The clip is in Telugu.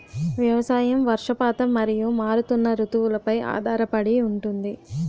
వ్యవసాయం వర్షపాతం మరియు మారుతున్న రుతువులపై ఆధారపడి ఉంటుంది